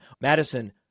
Madison